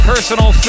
personal